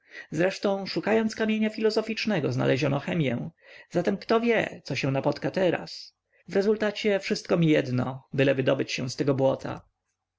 zresztą szukając kamienia filozoficznego znaleziono chemię kto zatem wie co się napotka teraz w rezultacie wszystko mi jedno byle wydobyć się z tego błota